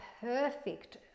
perfect